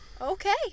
Okay